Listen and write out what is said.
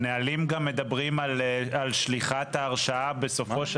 הנהלים גם מדברים על שליחת ההרשאה בסופו של